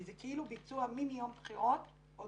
כי זה כאילו ביצוע עוד מיני יום בחירות אחד.